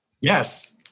Yes